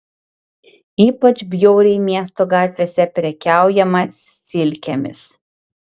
ypač bjauriai miesto gatvėse prekiaujama silkėmis